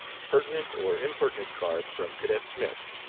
pertinent or impertinent card from cadet smith.